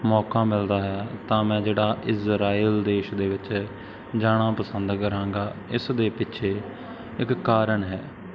ਮੌਕਾ ਮਿਲਦਾ ਹੈ ਤਾਂ ਮੈਂ ਜਿਹੜਾ ਇਜਰਾਇਲ ਦੇਸ਼ ਦੇ ਵਿੱਚ ਜਾਣਾ ਪਸੰਦ ਕਰਾਂਗਾ ਇਸ ਦੇ ਪਿੱਛੇ ਇੱਕ ਕਾਰਨ ਹੈ